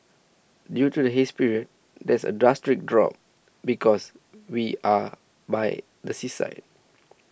due to the haze period there's a drastic drop because we are by the seaside